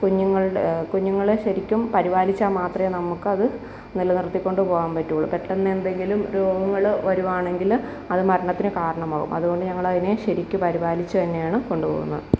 കുഞ്ഞുങ്ങളുടെ കുഞ്ഞുങ്ങളെ ശരിക്കും പരിപാലിച്ചാൽ മാത്രമേ നമുക്കത് നിലനിർത്തികൊണ്ട് പോകാൻ പറ്റുള്ളൂ പെട്ടെന്നെന്തെങ്കിലും രോഗങ്ങൾ വരികയാണെങ്കിൽ അതു മരണത്തിനു കാരണമാകും അതുകൊണ്ടു ഞങ്ങളതിനെ ശരിക്കു പരിപാലിച്ചു തന്നെയാണ് കൊണ്ടു പോകുന്നത്